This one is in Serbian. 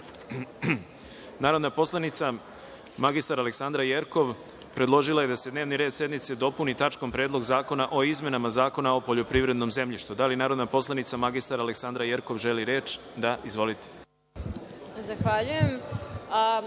predlog. Narodna poslanica mr Aleksandra Jerkov predložila je da se dnevni red sednice dopuni tačkom - Predlog zakona o izmenama Zakona o poljoprivrednom zemljištu. Da li narodna poslanica mr Aleksandra Jerkov želi reč? (Da)Izvolite.